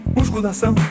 Musculação